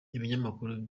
ibinyamakuru